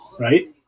Right